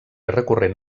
recurrent